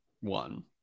one